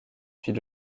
puis